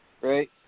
right